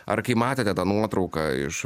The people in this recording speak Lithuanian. ar kai matėte tą nuotrauką iš